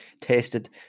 tested